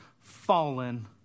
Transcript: fallen